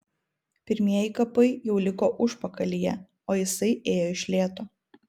pirmieji kapai jau liko užpakalyje o jisai ėjo iš lėto